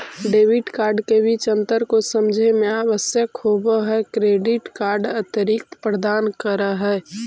Debit card के बीच अंतर को समझे मे आवश्यक होव है क्रेडिट कार्ड अतिरिक्त प्रदान कर है?